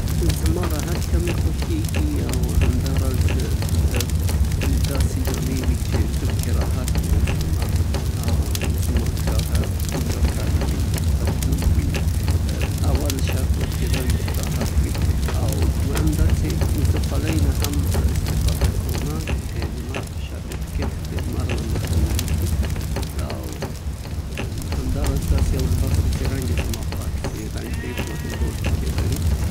زما یو راحت او ارامه سټایل د جامو خوښیږي، ډیر وختونه فېټ شوي جینز باید که چیرې هغه کژول کلاسیک وي بهتره وي کوم چې د ساده ټي شرټو سره وي. زه د سپک وزن لرونکو سویټر خوښومه، همدارنګه که چیرې سکارف وي وراضافه سي.